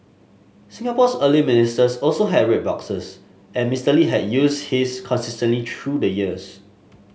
Singapore's early ministers also have red boxes and Mister Lee had used his consistently through the years